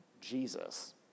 Jesus